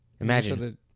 Imagine